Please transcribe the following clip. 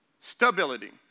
stability